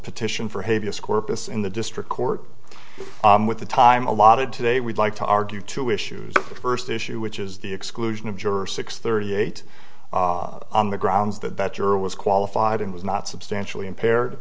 petition for hay vs corpus in the district court with the time allotted today we'd like to argue two issues the first issue which is the exclusion of juror six thirty eight on the grounds that that year was qualified and was not substantially impaired